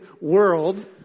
world